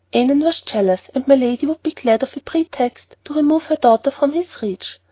annon was jealous, and my lady would be glad of a pretext to remove her daughter from his reach.